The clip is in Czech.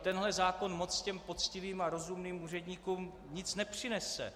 Tenhle zákon moc těm poctivým a rozumným úředníkům nic nepřinese.